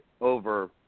over